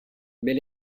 mais